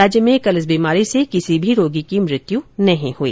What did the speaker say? राज्य में कल इस बीमारी से किसी भी रोगी की मृत्यु नहीं हुई